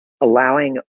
allowing